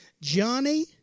Johnny